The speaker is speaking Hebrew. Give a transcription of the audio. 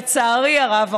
לצערי הרב,